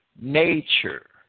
nature